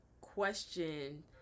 question